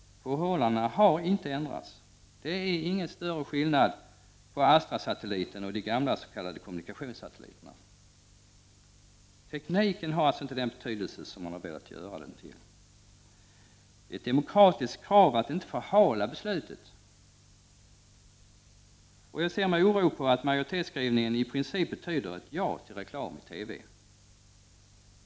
Förhållandena har inte ändrats. Det är ingen större skillnad på Astrasatelliten och de gamla s.k. kommunikationssatelliterna. Tekniken har inte den betydelse som man har velat göra den till. Det är ett demokratiskt krav att inte förhala beslutet. Jag ser med oro på att majoritetsskrivningen i princip betyder ett ja till reklam i TV.